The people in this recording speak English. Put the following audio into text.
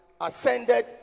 ascended